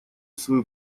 свою